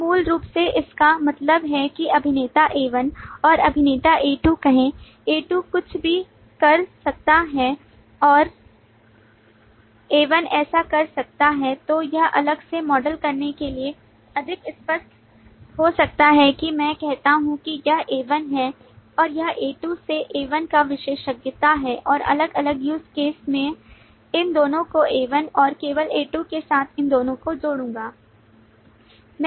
तो मूल रूप से इसका मतलब है कि अभिनेता A1 और अभिनेता A2 कहें A2 कुछ भी कर सकता है A1 ऐसा कर सकता है तो यह अलग से मॉडल करने के लिए अधिक स्पष्ट हो सकता है कि मैं कहता हूं कि यह A1 है और यह A2 से A1 का विशेषज्ञता है और अलग अलग use cases मैं इन दोनों को A1 और केवल A2 के साथ इन दोनों को जोड़ूंगा